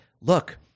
look